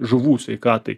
žuvų sveikatai